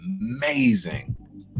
amazing